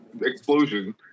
explosion